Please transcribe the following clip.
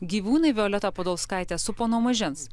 gyvūnai violetą podolskaitę supo nuo mažens